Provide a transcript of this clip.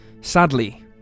Sadly